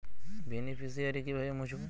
Beneficiary কিভাবে মুছব?